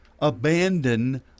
abandon